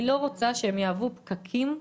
אני לא רוצה שהחיילים ימוקמו כ-"פקקים"